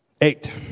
Eight